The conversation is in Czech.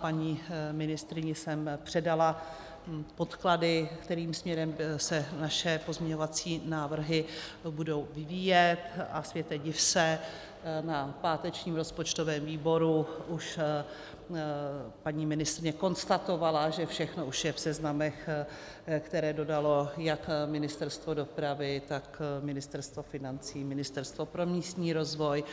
Paní ministryni jsem předala podklady, kterým směrem se naše pozměňovací návrhy budou vyvíjet, a světe div se, na pátečním rozpočtovém výboru už paní ministryně konstatovala, že všechno už je v seznamech, které dodalo jak Ministerstvo dopravy, tak Ministerstvo financí, Ministerstvo pro místní rozvoj,